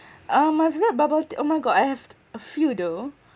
um my favourite bubble tea oh my god I have a few though